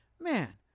man